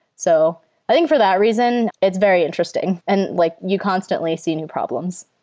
so i think for that reason, it's very interesting and like you constantly see new problems.